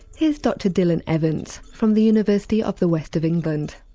here's dr dylan evans from the university of the west of england.